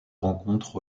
rencontre